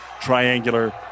Triangular